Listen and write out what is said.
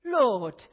Lord